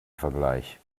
vergleich